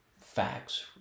facts